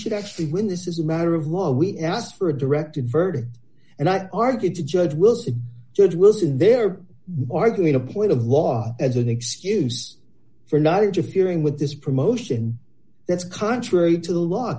should actually when this is a matter of war we asked for a directed verdict and i argued to judge wilson judge wilson there marking a point of law as an excuse for not interfering with this promotion that's contrary to the law